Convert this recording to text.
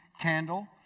Candle